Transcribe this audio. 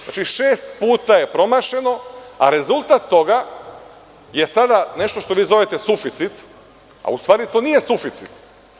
Znači, šest puta je promašeno, a rezultat toga je sada nešto što vi zovete suficit, a u stvari to nije suficit.